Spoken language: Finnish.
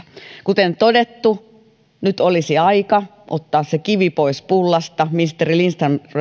kuten todettu nyt olisi aika ottaa se kivi pois pullasta ministeri lindström